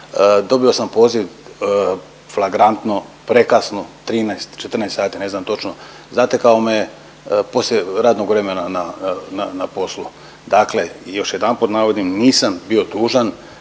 Dobio sam poziv fragrantno, prekasno, 13, 14 sati ne znam točno. Znate kako me poslije radnog vremena na poslu. Dakle, još jedanput navodim nisam bio dužan